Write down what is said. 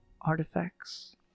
artifacts